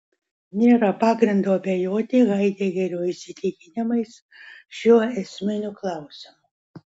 nėra pagrindo abejoti haidegerio įsitikinimais šiuo esminiu klausimu